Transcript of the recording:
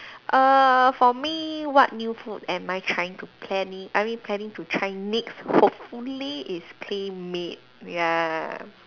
err for me what new food am I trying to plan in I mean planning to try next hopefully is clean meat ya